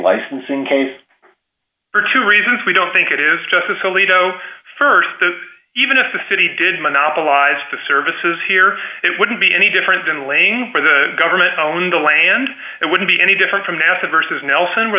licensing case for two reasons we don't think it is justice alito st of even if the city did monopolized the services here it wouldn't be any different than laying for the government owned the land it wouldn't be any different from nasa versus nelson where